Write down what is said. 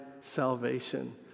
salvation